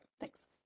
thanks